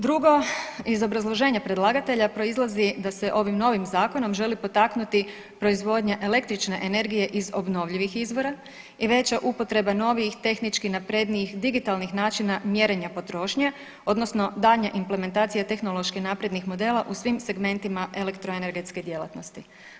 Drugo, iz obrazloženja predlagatelja proizlazi da se ovim novim zakonom želi potaknuti proizvodnja električne energije iz obnovljivih izvora i veće upotreba novijih, tehnički naprednijih digitalnih načina mjerenja potrošnje odnosno daljnja implementacija tehnološki naprednih modela u svim segmentima elektroenergetske djelatnosti.